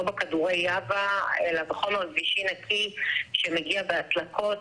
לא בכדורי יאבה אלא בחומר גבישי נקי שמגיע בהדלקות,